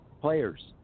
players